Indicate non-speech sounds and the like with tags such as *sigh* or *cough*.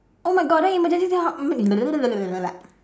oh my god then emergency then how *noise*